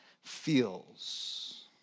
feels